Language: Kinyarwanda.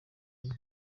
enye